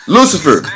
Lucifer